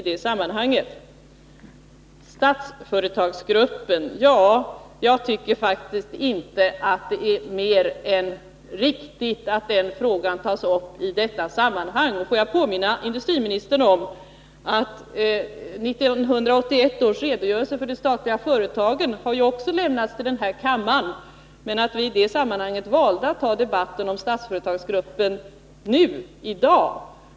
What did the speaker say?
Beträffande Statsföretagsgruppen tycker jag faktiskt att det inte är mer än riktigt att den frågan tas upp i detta sammanhang. Får jag påminna industriministern om att 1981 års redogörelse för de statliga företagen ju också har lämnats till den här kammaren. I det sammanhanget valde vi emellertid att ta debatten om Statsföretagsgruppen nu i dag.